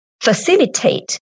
facilitate